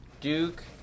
Duke